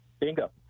bingo